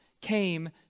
came